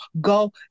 go